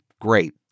great